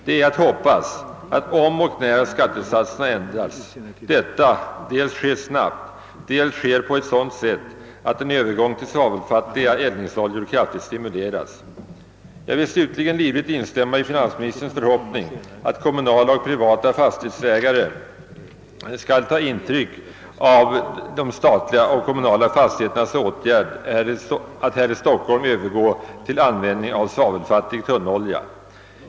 Det är att hoppas att om och när skattesatserna ändras detta dels sker snabbt och dels sker på sådant sätt att en övergång till svavelfattiga eldningsoljor kraftigt stimuleras. Slutligen vill jag livligt instämma i finansministerns förhoppning att kommunala och privata fastighetsägare skall ta intryck av de statliga och kommunala fastighetsägarnas åtgärd att här i Stockholm övergå till användning av svavelfattig tunnolja.